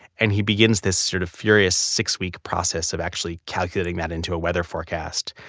and he begins this sort of furious six-week process of actually calculating that into a weather forecast.